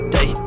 Day